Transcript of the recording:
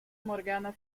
morgana